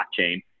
blockchain